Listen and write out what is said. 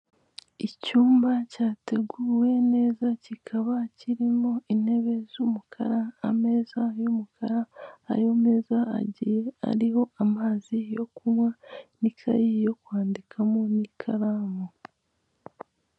Icyumba cyateguwe neza kikaba kirimo intebe z'umukara ameza y'umukara ayo meza agiye ariho amazi yo kunywa n'ikayi yo kwandikamo n'ikaramu.